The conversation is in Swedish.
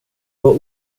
vara